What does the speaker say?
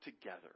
together